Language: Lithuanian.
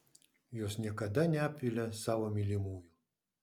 jos niekada neapvilia savo mylimųjų